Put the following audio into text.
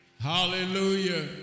Hallelujah